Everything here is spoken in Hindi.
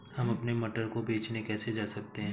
हम अपने मटर को बेचने कैसे जा सकते हैं?